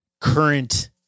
current